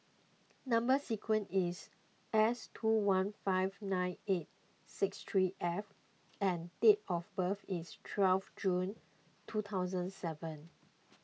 Number Sequence is S two one five nine eight six three F and date of birth is twelve June two thousand seven